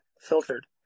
filtered